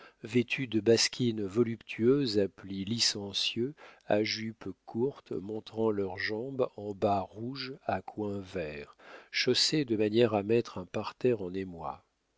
vêtues de basquines voluptueuses à plis licencieux à jupes courtes montrant leurs jambes en bas rouges à coins verts chaussées de manière à mettre un parterre en émoi